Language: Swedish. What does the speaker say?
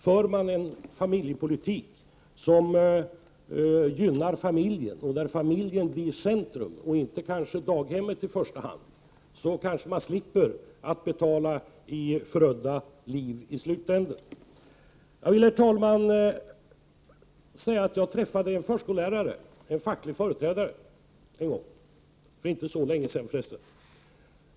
Om man för en familjepolitik som gynnar familjen, där familjen blir centrum och inte daghemmet i första hand, kanske man slipper betala i förödda liv i slutänden. Jag träffade för inte så länge sedan en förskollärare som var facklig företrädare.